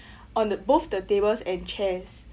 on both the tables and chairs